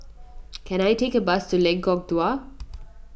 can I take a bus to Lengkok Dua